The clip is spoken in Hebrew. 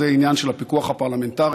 זה העניין של הפיקוח הפרלמנטרי,